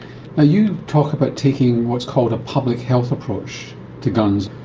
ah you talk about taking what's called a public health approach to guns.